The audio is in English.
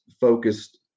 focused